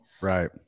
Right